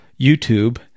YouTube